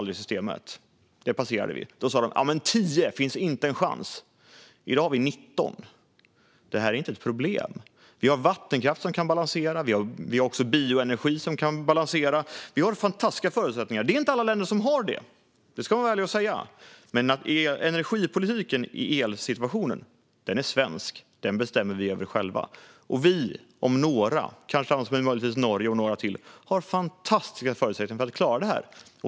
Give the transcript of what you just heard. Då sa de: "Men 10 terawattimmar - det finns inte en chans!" I dag har vi 19 terawattimmar. Det här är inte ett problem. Vi har vattenkraft som kan balansera. Vi har också bioenergi som kan balansera. Vi har fantastiska förutsättningar, och det är inte alla länder som har det - det ska man vara ärlig och säga. Men energipolitiken när det gäller elen är svensk, och den bestämmer vi över själva. Vi om några, kanske möjligtvis också Norge och några till, har fantastiska förutsättningar för att klara det här.